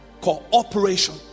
cooperation